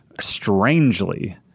strangely